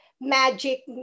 magic